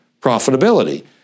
profitability